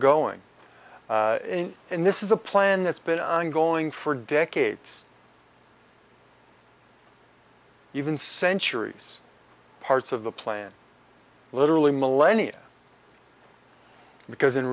going in and this is a plan that's been ongoing for decades even centuries parts of the plan literally millennia because in